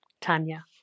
Tanya